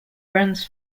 runs